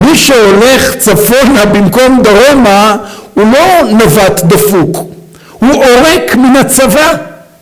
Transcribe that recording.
‫הוא שהולך צפונה במקום דרומה, ‫הוא לא נווט דפוק, הוא עורק מן הצבא.